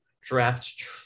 draft